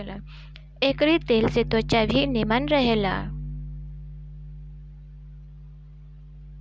एकरी तेल से त्वचा भी निमन रहेला